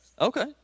Okay